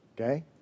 okay